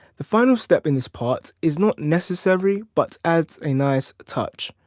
the final step in this part is not necessary but adds a nice touch.